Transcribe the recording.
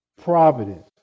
providence